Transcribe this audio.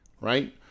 right